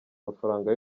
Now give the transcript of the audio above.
amafaranga